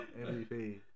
MVP